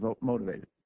motivated